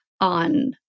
on